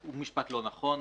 הוא משפט לא נכון.